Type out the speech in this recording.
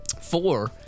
Four